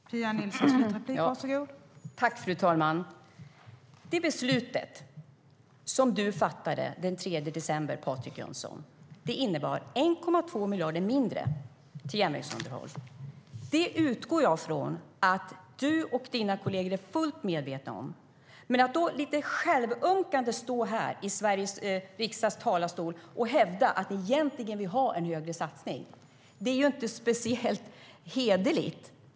STYLEREF Kantrubrik \* MERGEFORMAT KommunikationerFru talman! Det beslut som du fattade den 3 december, Patrik Jönsson, innebar 1,2 miljarder mindre till järnvägsunderhåll. Det utgår jag från att du och dina kolleger är fullt medvetna om. Att då lite självömkande stå i talarstolen här i Sveriges riksdag och hävda att ni egentligen vill ha en större satsning är inte speciellt hederligt.